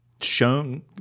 shown